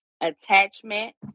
attachment